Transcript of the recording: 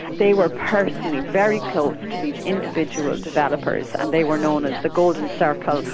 they were personally very close to these individual developers and they were known as the golden circle,